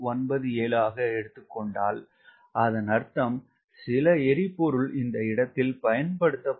97 ஆக எடுத்து கொண்டால் அதன் அர்த்தம் சில எரிபொருள் இந்த இடத்தில் பயன்படுத்தபட்டது